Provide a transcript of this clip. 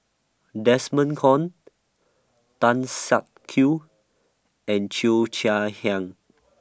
Desmond Kon Tan Siak Kew and Cheo Chai Hiang